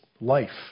life